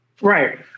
right